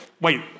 Wait